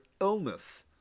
illness